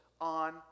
on